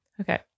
Okay